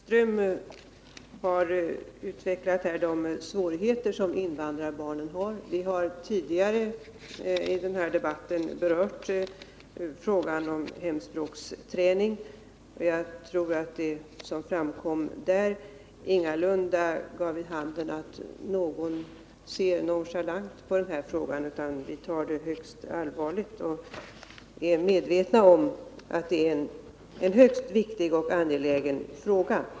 Herr talman! Eva Hjelmström har här utvecklat de svårigheter som invandrarbarnen har. Vi har tidigare i denna debatt berört frågan om hemspråksträningen, och jag tror att det som framkom där ingalunda gav vid handen att någon ser nonchalant på den utan att vi tar den högst allvarligt och är medvetna om att det är en mycket viktig och angelägen fråga.